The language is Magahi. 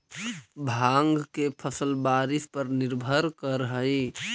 भाँग के फसल बारिश पर निर्भर करऽ हइ